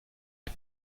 les